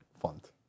font